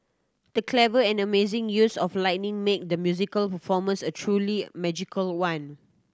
the clever and amazing use of lighting made the musical performance a truly magical one